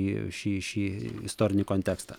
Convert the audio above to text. į šį šį istorinį kontekstą